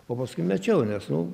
o paskui mečiau nes nu